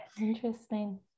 interesting